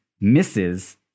misses